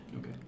Okay